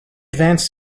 advance